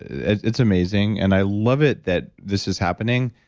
and it's amazing and i love it that this is happening.